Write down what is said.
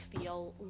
feel